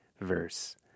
verse